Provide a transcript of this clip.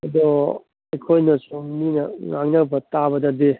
ꯑꯗꯣ ꯑꯩꯈꯣꯏꯅꯁꯨꯝ ꯃꯤꯅ ꯉꯥꯡꯅꯕ ꯇꯥꯕꯗꯗꯤ